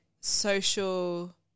social